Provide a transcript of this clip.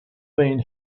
been